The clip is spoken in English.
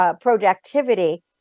productivity